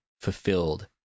fulfilled